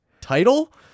title